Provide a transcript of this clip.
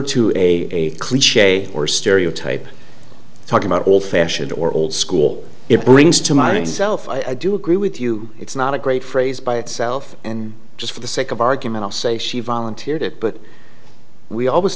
to a cliche or stereotype talking about old fashioned or old school it brings to mind itself i do agree with you it's not a great phrase by itself and just for the sake of argument i'll say she volunteered it but we always